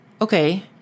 okay